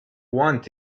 want